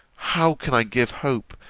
how can i give hope,